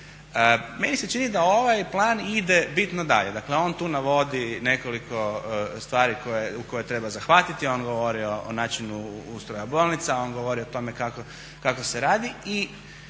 Meni se čini da ovaj plan ide bitno dalje, dakle on tu navodi nekoliko stvari u koje treba zahvatiti, on govori o načinu ustroja bolnica, on govori o tome kako se radi